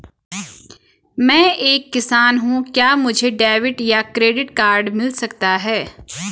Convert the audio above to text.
मैं एक किसान हूँ क्या मुझे डेबिट या क्रेडिट कार्ड मिल सकता है?